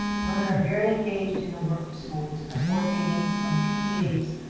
women are very engaged in the work of schools at board meetings, on ptas,